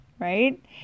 right